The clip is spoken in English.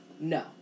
No